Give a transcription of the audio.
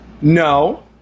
no